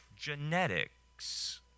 genetics